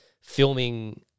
filming